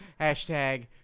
Hashtag